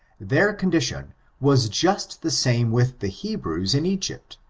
their condition was just the same with the hebrews in egypt,